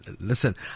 Listen